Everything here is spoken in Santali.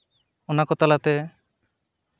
ᱚᱱᱟᱠᱚ ᱛᱟᱞᱟᱛᱮ